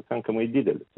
pakankamai didelis